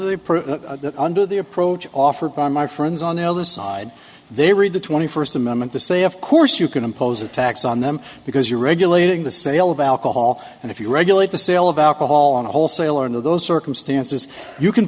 the under the approach offered by my friends on the other side they read the twenty first amendment to say of course you can impose a tax on them because you regulating the sale of alcohol and if you regulate the sale of alcohol in a wholesaler in those circumstances you can